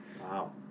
Wow